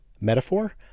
metaphor